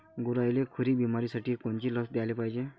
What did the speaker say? गुरांइले खुरी बिमारीसाठी कोनची लस द्याले पायजे?